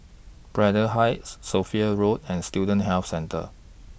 Braddell Heights Sophia Road and Student Health Centre